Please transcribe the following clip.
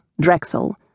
Drexel